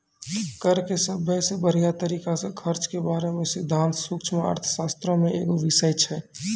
कर के सभ्भे से बढ़िया तरिका से खर्च के बारे मे सिद्धांत सूक्ष्म अर्थशास्त्रो मे एगो बिषय छै